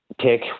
take